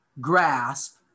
grasp